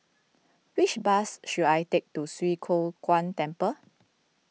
which bus should I take to Swee Kow Kuan Temple